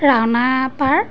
Raona park